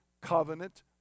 covenant